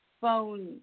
Phone